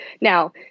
Now